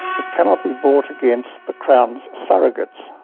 it cannot be brought against the crown's surrogates,